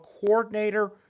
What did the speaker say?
coordinator